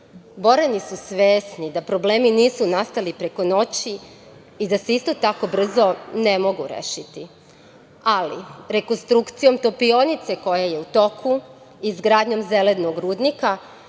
Borani su svesni da problemi nisu nastali preko noći i da se isto tako brzo ne mogu rešiti, ali rekonstrukcijom topionice, koja je u toku, izgradnjom zelenog rudnika